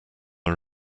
are